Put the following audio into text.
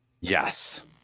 Yes